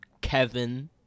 Kevin